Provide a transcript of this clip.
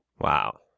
Wow